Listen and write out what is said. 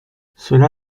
cela